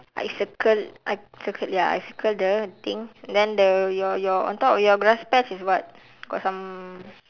I circle I circle ya I circle the thing and then the your your on top of your grass patch is what got some